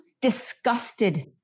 disgusted